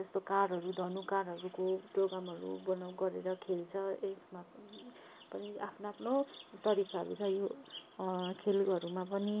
जस्तो काँडहरू धनु काँडहरूको प्रोग्रामहरू बनाउ गरेर खेल्छ यसमा पनि पनि आफ्नो आफ्नो तरिकाहरू छ यो खेलहरूमा पनि